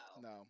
No